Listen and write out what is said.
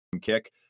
kick